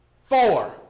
Four